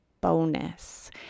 bonus